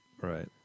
Right